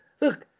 look